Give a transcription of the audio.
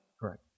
Correct